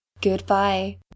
Goodbye